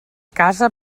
casa